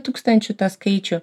tūkstančių tą skaičių